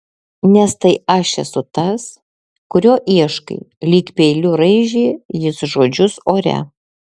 nes tai aš esu tas kurio ieškai lyg peiliu raižė jis žodžius ore